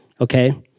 okay